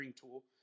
tool